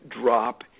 drop